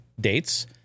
dates